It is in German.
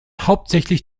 hauptsächlich